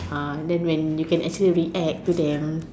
ah then when you can actually react to them